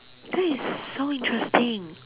that is so interesting